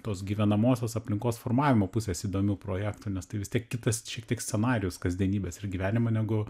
tos gyvenamosios aplinkos formavimo pusės įdomių projektų nes tai vis tiek kitas šiek tiek scenarijus kasdienybės ir gyvenimo negu